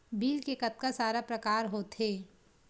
Bill के कतका सारा प्रकार होथे?